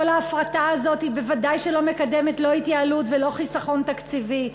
כל ההפרטה הזאת בוודאי שלא מקדמת לא התייעלות ולא חיסכון תקציבי.